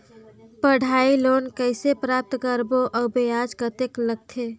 पढ़ाई लोन कइसे प्राप्त करबो अउ ब्याज कतेक लगथे?